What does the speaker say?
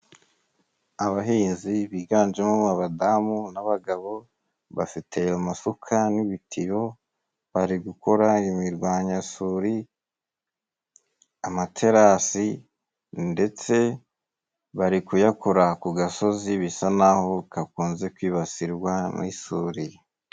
Abahinzi, biganjemo abadamu n'abagabo, bafite amasuka n'ibitiyo, bari gukora imirwanyasuri, amaterasi. Ndetse bari kuyakora ku gasozi, bisa n'aho kakunze kwibasirwa n'isuri.